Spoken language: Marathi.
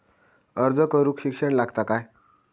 अर्ज करूक शिक्षण लागता काय?